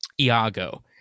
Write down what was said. Iago